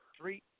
three